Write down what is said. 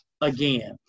again